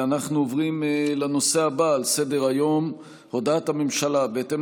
אנחנו עוברים לנושא הבא על סדר-היום: הודעת הממשלה בהתאם